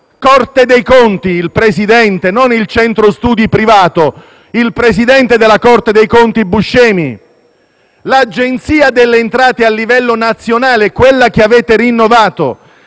Corte dei conti, nella figura del Presidente (non il centro studi privato, ma il presidente della Corte dei conti Buscema); l'Agenzia delle entrate a livello nazionale, quella che avete rinnovato;